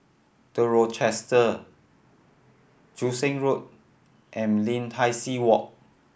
The Rochester Joo Seng Road and Lim Tai See Walk